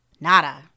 nada